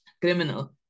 criminal